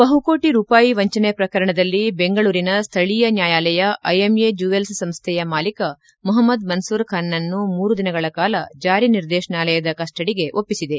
ಬಹುಕೋಟಿ ರೂಪಾಯಿ ವಂಚನೆ ಪ್ರಕರಣದಲ್ಲಿ ಬೆಂಗಳೂರಿನ ಸ್ಥಳೀಯ ನ್ಯಾಯಾಲಯ ಐಎಂಎ ಜ್ಯೂವೆಲ್ಸ್ ಸಂಸ್ಥೆಯ ಮಾಲೀಕ ಮೊಹಮದ್ ಮನ್ಲೂರ್ ಖಾನ್ನನ್ನು ಮೂರು ದಿನಗಳ ಕಾಲ ಜಾರಿ ನಿರ್ದೇಶನಾಲಯದ ಕಸ್ಟಡಿಗೆ ಒಪ್ಪಿಸಿದೆ